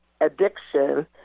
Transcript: addiction